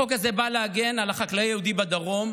החוק הזה בא להגן על החקלאי היהודי בדרום,